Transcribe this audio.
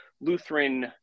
Lutheran